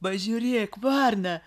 pažiūrėk varna